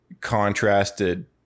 contrasted